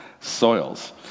soils